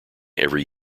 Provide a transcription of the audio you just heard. every